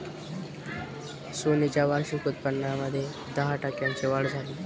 Sony च्या वार्षिक उत्पन्नामध्ये दहा टक्क्यांची वाढ झाली